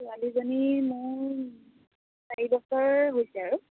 ছোৱালীজনী মোৰ চাৰি বছৰ হৈছে আৰু